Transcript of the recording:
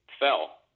fell –